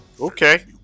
okay